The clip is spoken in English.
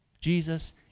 jesus